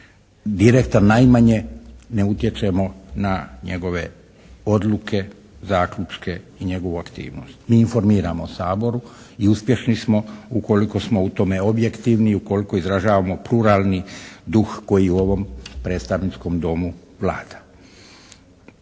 direktan najmanje ne utječemo na njegove odluke, zaključke i njegovu aktivnost. Mi informiramo Sabor i uspješni smo ukoliko smo u tome objektivni i ukoliko izražavamo pluralni duh koji u ovom predstavničkom domu vlada.